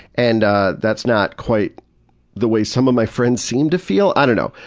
and ah that's not quite the way some of my friends seem to feel i don't know,